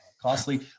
costly